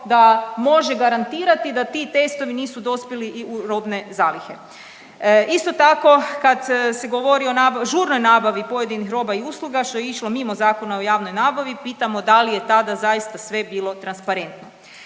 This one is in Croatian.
da može garantirati da ti testovi nisu dospjeli i u robne zalihe. Isto tako kad se govori o nabavi, žurnoj nabavi pojedinih roba i usluga što je išlo mimo Zakona o javnoj nabavi pitamo da li je tada zaista sve bilo transparentno.